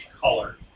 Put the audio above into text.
color